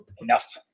Enough